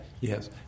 Yes